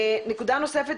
נקודה נוספת,